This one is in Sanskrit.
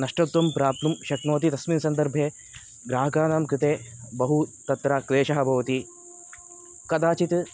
नष्टत्वं प्राप्तुं शक्नोति तस्मिन् सन्दर्भे ग्राहकाणां कृते बहु तत्र क्लेशः भवति कदाचित्